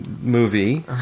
movie